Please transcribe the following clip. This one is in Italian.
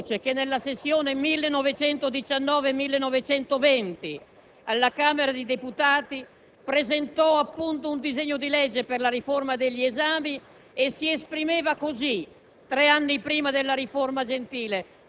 Richiamerò le parole di Benedetto Croce che, nella sessione 1919-1920, alla Camera dei deputati, presentò appunto un disegno di legge per la riforma degli esami che si esprimeva così,